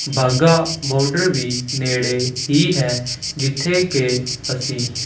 Wagah border ਵੀ ਨੇੜੇ ਹੀ ਹੈ ਜਿੱਥੇ ਕਿ ਅਸੀਂ